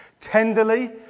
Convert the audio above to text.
tenderly